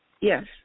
yes